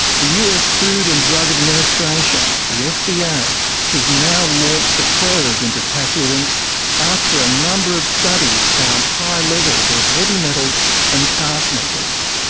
the us food and drug administration, the fda, yeah has now launched a probe into tattoo inks after a number of studies found high levels of heavy metals and carcinogens.